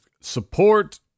support